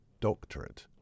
doctorate